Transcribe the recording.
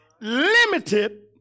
limited